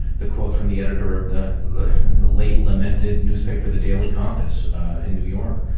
the quote from the editor of the late lamented newspaper, the daily compas in new york,